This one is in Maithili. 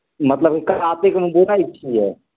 मतलब ई कातिकमे बूनै छियै